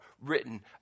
written